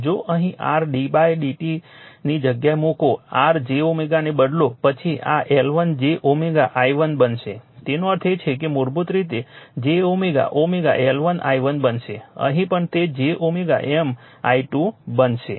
જો અહીં r d by dt ની જગ્યાએ મૂકો r j થી બદલો પછી આ L1 j i1 બનશે તેનો અર્થ એ કે મૂળભૂત રીતે તે j L1 i1 બનશે અહીં પણ તે j M i2 બનશે